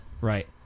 Right